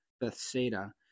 Bethsaida